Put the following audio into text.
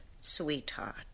Sweetheart